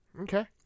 Okay